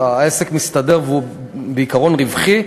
העסק מסתדר ובעיקרון הוא רווחי,